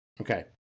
Okay